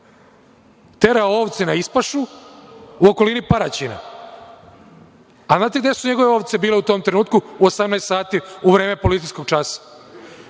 terao ovce na ispašu u okolini Paraćina, a znate gde su njegove ovce bile u tom trenutku u 18 sati u vreme policijskog časa?